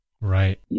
Right